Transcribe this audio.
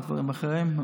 על דברים אחרים,